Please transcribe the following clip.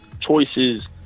choices